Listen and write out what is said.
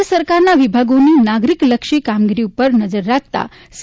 રાજ્ય સરકારના વિભાગોની નાગરિકલક્ષી કામગીરી ઉપર નજર રાખતા સી